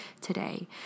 today